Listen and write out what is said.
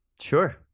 Sure